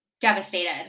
devastated